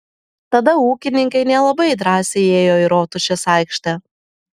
tada ūkininkai nelabai drąsiai ėjo į rotušės aikštę